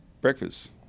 breakfast